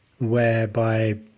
whereby